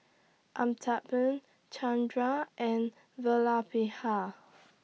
Amitabh Chandra and Vallabhbhai